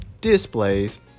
displays